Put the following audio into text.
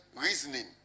reasoning